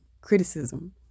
criticism